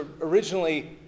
originally